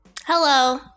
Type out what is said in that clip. Hello